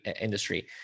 industry